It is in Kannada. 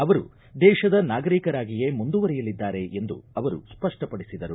ಅವರು ದೇಶದ ನಾಗರಿಕರಾಗಿಯೇ ಮುಂದುವರಿಯಲಿದ್ದಾರೆ ಎಂದು ಅವರು ಸ್ಪಷ್ಟಪಡಿಸಿದರು